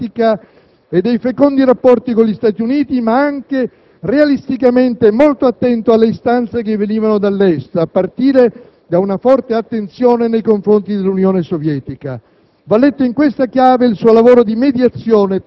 Forte sostenitore del valore dell'Alleanza atlantica e dei fecondi rapporti con gli Stati Uniti, ma anche realisticamente molto attento alle istanze che venivano dall'Est, a partire da una forte attenzione nei confronti dell'Unione Sovietica.